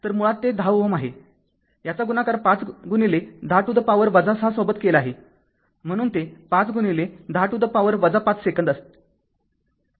तर मुळात ते १० Ω आहे त्याचा गुणाकार ५ गुणिले १० to the power ६ सोबत केला आहे म्हणून ते ५ गुणिले १० to the power ५ सेकंद असेल